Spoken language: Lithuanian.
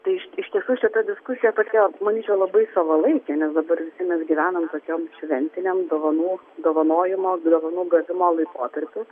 tai iš tiesų šita diskusija todėl manyčiau labai savalaikė nes dabar visi mes gyvenam tokiam šventiniam dovanų dovanojimo dovanų gavimo laikotarpiu